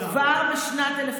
בזמן.